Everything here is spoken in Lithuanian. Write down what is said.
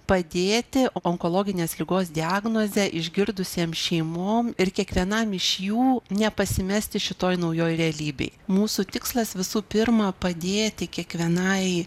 padėti onkologinės ligos diagnozę išgirdusiem šeimom ir kiekvienam iš jų nepasimesti šitoj naujoj realybėj mūsų tikslas visų pirma padėti kiekvienai